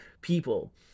people